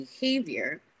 behavior